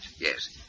Yes